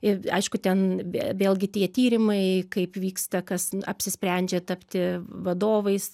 ir aišku ten vė vėlgi tie tyrimai kaip vyksta kas apsisprendžia tapti vadovais